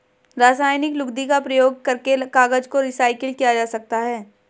रासायनिक लुगदी का प्रयोग करके कागज को रीसाइकल किया जा सकता है